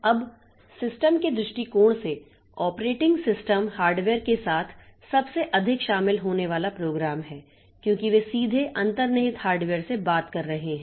अब सिस्टम के दृष्टिकोण से ऑपरेटिंग सिस्टम हार्डवेयर के साथ सबसे अधिक शामिल होने वाला प्रोग्राम है क्योंकि वे सीधे अंतर्निहित हार्डवेयर से बात कर रहे हैं